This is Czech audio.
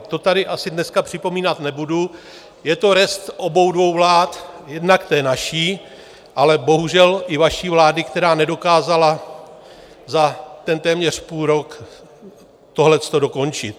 To tady asi dneska připomínat nebudu, je to rest obou dvou vlád, jednak té naší, ale bohužel i vaší vlády, která nedokázala za ten téměř půl rok tohleto dokončit.